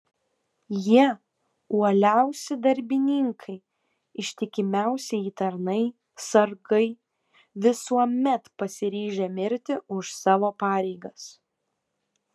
jie uoliausi darbininkai ištikimiausieji tarnai sargai visuomet pasiryžę mirti už savo pareigas